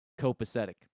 copacetic